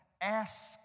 Ask